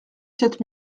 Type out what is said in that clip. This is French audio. quatre